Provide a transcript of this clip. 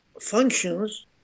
functions